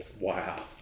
Wow